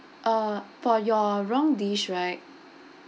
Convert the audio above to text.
uh for your wrong dish right